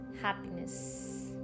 happiness